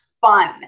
fun